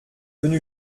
venu